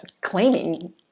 claiming-